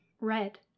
red